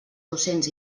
docents